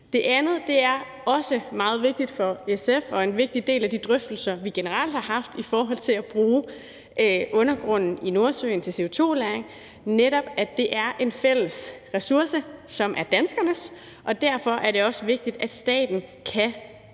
element er også meget vigtigt for SF og er en vigtig del af de drøftelser, vi generelt har haft i forhold til at bruge undergrunden i Nordsøen til CO2-lagring, nemlig at det er en fælles ressource, som er danskernes. Derfor er det også vigtigt, at staten kan få